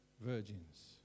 virgins